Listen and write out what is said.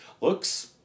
looks